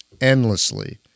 endlessly